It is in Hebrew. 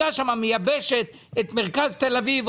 שמייבשת את מרכז תל אביב,